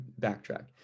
backtrack